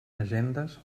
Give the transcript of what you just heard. agendes